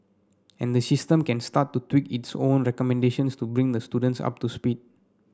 and the system can start to tweak its own recommendations to bring the students up to speed